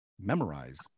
memorize